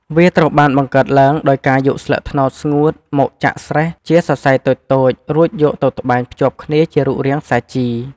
វាត្រូវបានបង្កើតឡើងដោយការយកស្លឹកត្នោតស្ងួតមកចាក់ស្រែះជាសរសៃតូចៗ រួចយកទៅត្បាញភ្ជាប់គ្នាជារូបរាងសាជី។